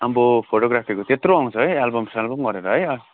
अम्बो फोटोग्राफीको त्यत्रो आउँछ है एल्बमसेल्बम गरेर है